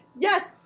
Yes